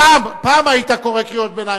פעם היית קורא קריאות ביניים,